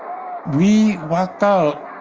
um we walked out.